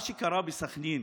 השאלה: מה שקרה בסח'נין,